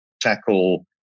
tackle